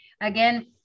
again